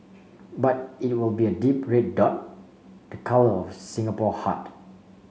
but it will be a deep red dot the colour of the Singapore heart